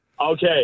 okay